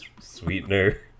sweetener